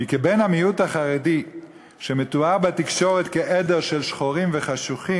כי כבן המיעוט החרדי שמתואר בתקשורת כעדר של שחורים וחשוכים,